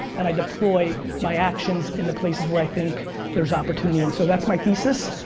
and i deploy my actions into places where i think there's opportunity. and so that's my thesis,